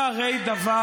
זה הרי דבר,